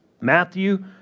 Matthew